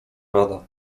rada